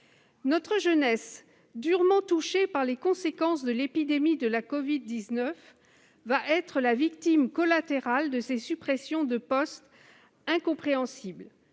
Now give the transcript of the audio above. Notre jeunesse, durement touchée par les conséquences de l'épidémie de la covid-19, sera la victime collatérale de ces suppressions de postes incompréhensibles.